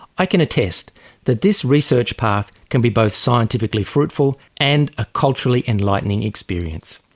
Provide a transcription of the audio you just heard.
i can attest that this research path can be both scientifically fruitful and a culturally enlightening experience.